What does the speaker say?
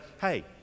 hey